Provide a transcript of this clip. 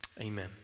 Amen